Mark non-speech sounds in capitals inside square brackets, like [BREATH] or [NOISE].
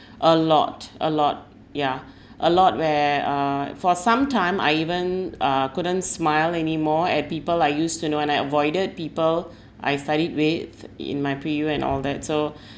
a lot a lot yeah [BREATH] a lot where uh for some time I even uh couldn't smile anymore at people I used to know and I avoided people [BREATH] I studied with in my pre-U and all that so [BREATH]